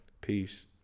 Peace